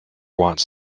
watts